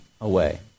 away